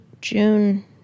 June